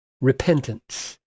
repentance